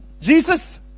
Jesus